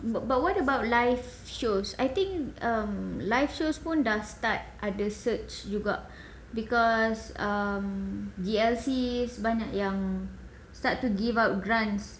but what about live shows I think um live shows pun dah start ada search juga because um G_L_C sebanyak yang start to give out grants